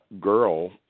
girl